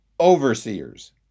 overseers